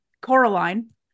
Coraline